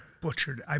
butchered